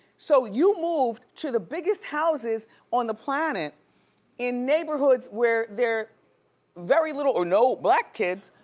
so you moved to the biggest houses on the planet in neighborhoods where there're very little or no black kids.